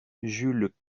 jules